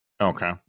okay